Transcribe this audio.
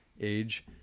age